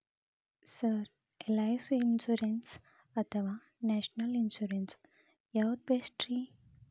Sir LIC insurance ಅಥವಾ national insurance ಯಾವುದು ಬೆಸ್ಟ್ರಿ?